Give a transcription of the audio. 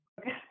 okay